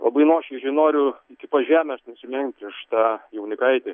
labai nuoširdžiai noriu iki pat žemės nusilenkti prieš tą jaunikaitį